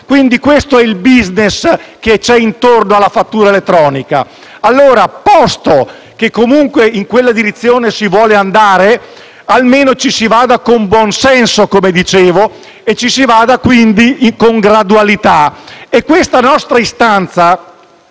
Quindi, questo è il *business* che c'è intorno alla fattura elettronica. Allora, posto che comunque in quella direzione si vuole andare, almeno ci si vada con buon senso, come dicevo, e quindi con gradualità. Questa nostra istanza